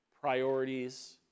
priorities